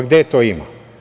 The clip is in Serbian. Gde to ima?